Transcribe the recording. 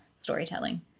storytelling